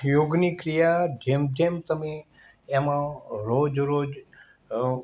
યોગની ક્રિયા જેમ જેમ તમે એમાં રોજરોજ